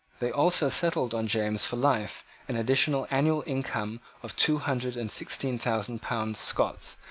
they also settled on james for life an additional annual income of two hundred and sixteen thousand pounds scots,